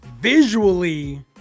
Visually